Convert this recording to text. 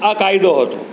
આ કાયદો હતો